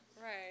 Right